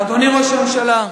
אדוני ראש הממשלה,